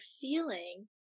feeling